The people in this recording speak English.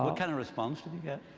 ah kind of response did you get?